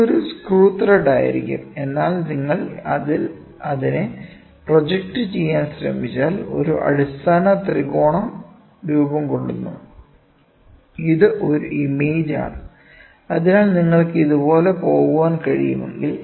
ഇതൊരു screw thread ആയിരിക്കും എന്നാൽ നിങ്ങൾ അതിൽ അതിനെ പ്രോജക്റ്റ് ചെയ്യാൻ ശ്രമിച്ചാൽ ഒരു അടിസ്ഥാന ത്രികോണം രൂപം കൊള്ളുന്നു ഇത് ഒരു ഇമേജാണ് അതിനാൽ നിങ്ങൾക്ക് ഇതുപോലെ പോകാൻ കഴിയുമെങ്കിൽ